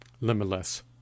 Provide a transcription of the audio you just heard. limitless